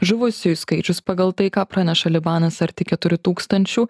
žuvusiųjų skaičius pagal tai ką praneša libanas arti keturių tūkstančių